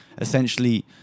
essentially